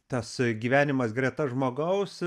tas gyvenimas greta žmogaus